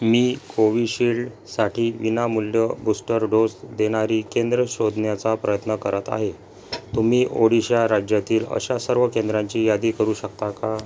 मी कोविशिल्डसाठी विनामूल्य booster dose देणारी केंद्रं शोधण्याचा प्रयत्न करत आहे तुम्ही ओडिशा राज्यातील अशा सर्व केंद्रांची यादी करू शकता का